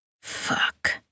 Fuck